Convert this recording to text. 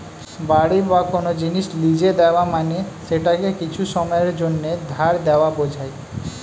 বাড়ি বা কোন জিনিস লীজে দেওয়া মানে সেটাকে কিছু সময়ের জন্যে ধার দেওয়া বোঝায়